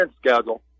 schedule